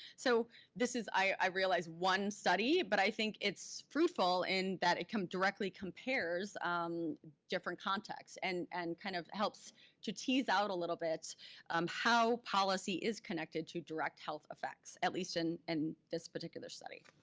so this is, i realize, one study, but i think it's fruitful in that it directly compares different contexts and and kind of helps to tease out a little bit um how policy is connected to direct health effects, at least in and this particular study.